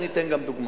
אני אתן גם דוגמאות.